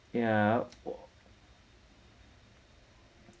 ya